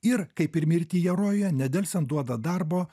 ir kaip ir mirtyje rojuje nedelsiant duoda darbo